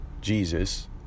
Jesus